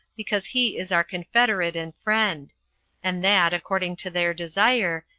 because he is our confederate and friend and that, according to their desire,